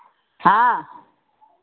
हाँ